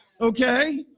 Okay